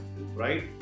right